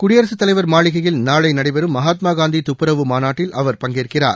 குடியரசுத் தலைவர் மாளிகையில் நாளை நடைபெறும் மகாத்மா காந்தி துப்பரவு மாநாட்டில் அவர் பங்கேற்கிறார்